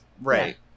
Right